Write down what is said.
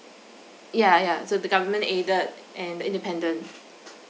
yeah yeah so the government aided and independent